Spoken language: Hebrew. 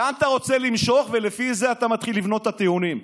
לאן אתה רוצה למשוך ולפי זה אתה מתחיל לבנות את הטיעונים.